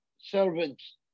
servants